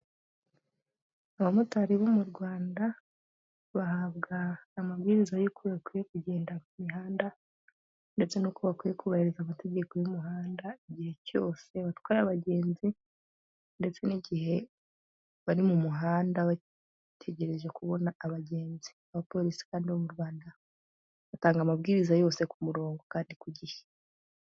Abamotari bo mu Rwanda bahabwa amabwiriza y'uko bakwiye kugenda ku mihanda, ndetse n'uko bakwiye kubahiriza amategeko y'umuhanda igihe cyose batwara abagenzi ndetse n'igihe bari mu muhanda bategereje kubona abagenzi, abapolisi kandi bo mu Rwanda batanga amabwiriza yose ku murongo kandi ku gihe.